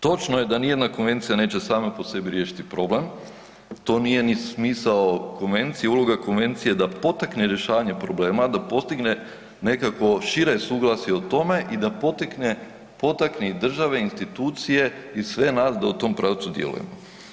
Točno je da nijedna konvencija neće sama po sebi riješiti problem, to nije ni smisao konvencije, uloga konvencije je da potakne rješavanje problema, da postigne nekakvo šire suglasje o tome i da potakne i države, institucije i sve nas da u tom pravcu djelujemo.